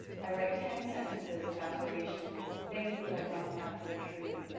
i write ten sentences of affirmations, things that i want to have come true.